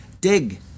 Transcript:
Dig